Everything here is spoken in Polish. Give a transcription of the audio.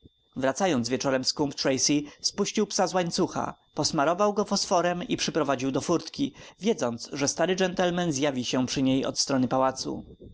wracając wieczorem z coombe tracey spuścił psa z łańcucha posmarował go fosforem i przyprowadził do furtki wiedząc że stary gentleman zjawi się przy niej od strony pałacu